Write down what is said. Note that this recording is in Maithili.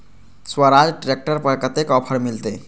स्वराज ट्रैक्टर पर कतेक ऑफर मिलते?